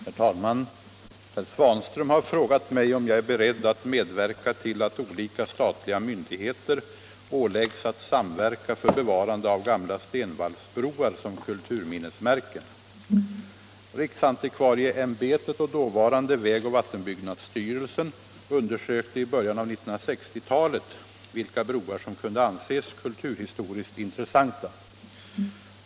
Herr talman! Herr Svanström har frågat mig om jag är beredd att medverka till att olika statliga myndigheter åläggs att samverka för bevarande av gamla stenvalvsbroar som kulturminnesmärken. Riksantikvarieämbetet och dåvarande vägoch vattenbyggnadsstyrelsen undersökte i början av 1960-talet vilka broar som kunde anses kulturhistoriskt intressanta.